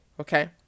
okay